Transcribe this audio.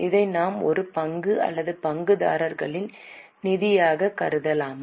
இதை நாம் ஒரு பங்கு அல்லது பங்குதாரர்களின் நிதியாக கருதலாமா